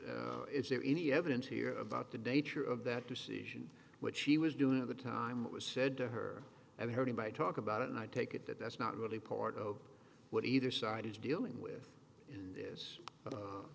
is there any evidence here about the danger of that decision which she was doing at the time what was said to her and her by talk about it and i take it that that's not really part of what either side is dealing with and is